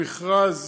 במכרז,